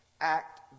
act